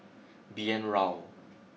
B N Rao